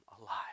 alive